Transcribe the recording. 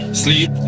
sleep